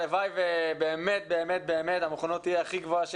הלוואי ובאמת המוכנות תהיה הכי גבוהה.